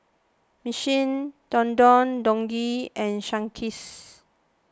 Michelin Don Don Donki and Sunkist